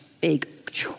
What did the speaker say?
Big